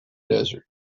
desert